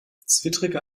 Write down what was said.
zwittrige